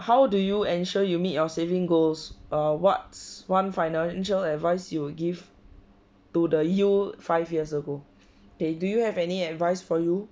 how do you ensure you meet your saving goals uh what's one financial advice you will give to the you five years ago k do you have any advice for you